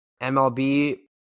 MLB